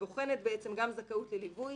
שבוחנת גם זכאות לליווי